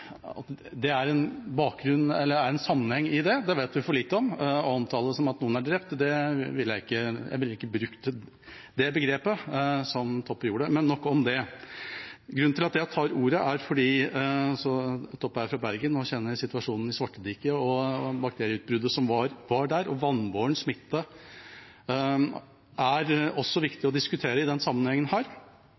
det vet vi for lite om, og å omtale det som om noen er drept – jeg ville ikke brukt det begrepet, som Toppe gjorde, men nok om det. Toppe er jo fra Bergen og kjenner situasjonen i Svartediket og bakterieutbruddet som var der, og grunnen til at jeg tok ordet, er at vannbåren smitte også er viktig å diskutere i denne sammenhengen.